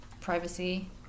Privacy